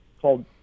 called